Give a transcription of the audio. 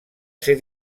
ser